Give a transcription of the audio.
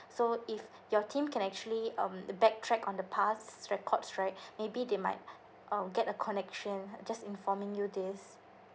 so if your team can actually um backtrack on the past records right maybe they might um get a connection just informing you this